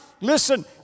Listen